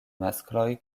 maskloj